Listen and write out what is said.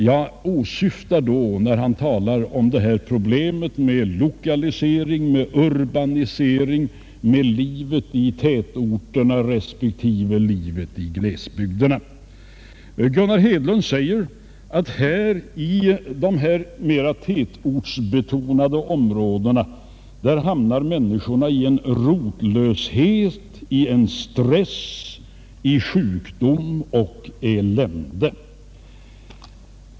Jag åsyftar då vad han sade om lokalisering och urbanisering och om problemet med livet i tätorterna respektive livet i glesbygderna. Gunnar Hedlund sade att i de mera tätortsbetonade områdena hamnar människorna i rotlöshet, stress, sjukdom och elände.